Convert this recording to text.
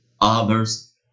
others